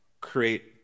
create